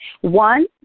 One